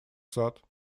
сад